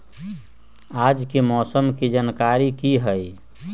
आज के मौसम के जानकारी कि हई?